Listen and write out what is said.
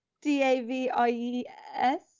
D-A-V-I-E-S